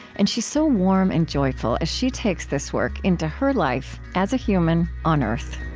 and she is so warm and joyful as she takes this work into her life as a human on earth